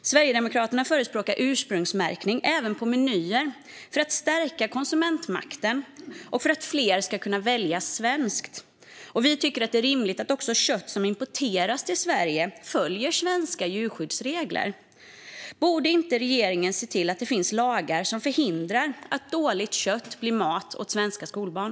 Sverigedemokraterna förespråkar ursprungsmärkning även på menyer för att stärka konsumentmakten och för att fler ska kunna välja svenskt kött. Vi tycker att det är rimligt att också kött som importeras till Sverige följer svenska djurskyddsregler. Borde inte regeringen se till att det finns lagar som förhindrar att dåligt kött blir mat åt svenska skolbarn?